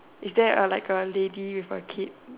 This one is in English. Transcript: is there a like a lady with a kid